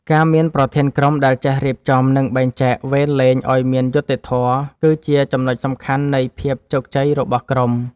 ការមានប្រធានក្រុមដែលចេះរៀបចំ និងបែងចែកវេនលេងឱ្យមានយុត្តិធម៌ គឺជាចំណុចសំខាន់នៃភាពជោគជ័យរបស់ក្រុម។